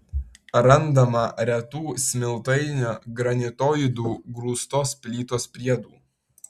randama retų smiltainio granitoidų grūstos plytos priedų